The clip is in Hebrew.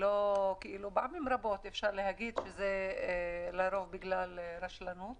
שפעמים רבות זה קורה בגלל רשלנות